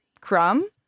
crumb